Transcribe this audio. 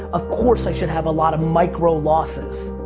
of course i should have a lot of micro-losses.